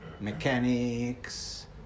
mechanics